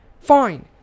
fine